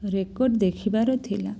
record ଦେଖିବାର ଥିଲା